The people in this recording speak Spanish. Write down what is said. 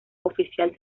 oficial